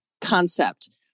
concept